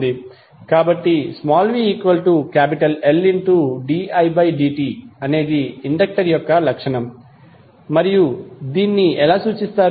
కాబట్టి vLdidt అనేది inductor యొక్క లక్షణము మరియు మీరు దీన్ని ఎలా సూచిస్తారు